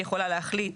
היא יכולה להחליט